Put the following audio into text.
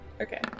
Okay